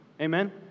Amen